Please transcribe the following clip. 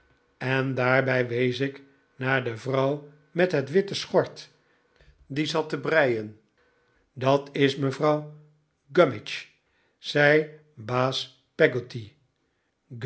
en daarbij wees ik naar de vrouw met het witte schort die zat te breien dat is juffrouw gummidge zei baas